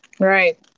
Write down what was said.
Right